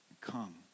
come